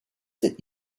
that